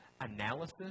analysis